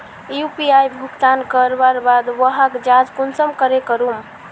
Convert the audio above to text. UPI भुगतान करवार बाद वहार जाँच कुंसम करे करूम?